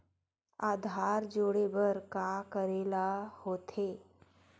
आधार जोड़े बर का करे ला होथे?